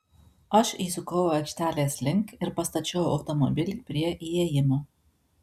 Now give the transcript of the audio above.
aš įsukau aikštelės link ir pastačiau automobilį prie įėjimo